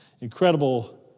incredible